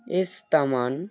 এস্তমান